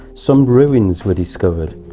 some ruins were discovered,